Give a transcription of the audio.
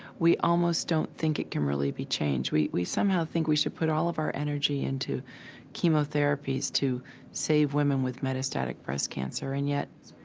we almost don't think it can really be changed. we, we somehow think we should put all of our energy into chemotherapies to save women with metastatic breast cancer, and yet,